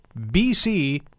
BC